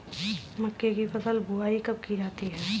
मक्के की फसल की बुआई कब की जाती है?